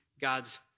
God's